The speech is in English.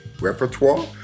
repertoire